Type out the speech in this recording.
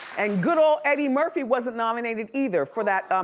and good ole eddie murphy wasn't nominated either, for that,